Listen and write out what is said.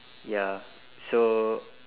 ya so